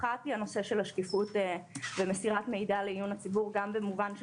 האחת היא הנושא של השקיפות ומסירת מידע לעיון הציבור גם במובן של